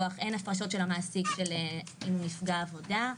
אין הפרשות של המעסיק אם הוא נפגע עבודה,